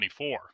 24